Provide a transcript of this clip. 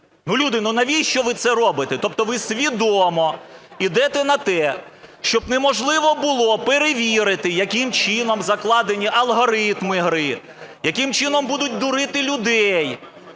люди, ну, навіщо ви це робите? Тобто ви свідомо ідете на те, щоб неможливо було перевірити яким чином закладені алгоритми гри, яким чином будуть дурити людей.